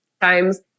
times